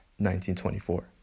1924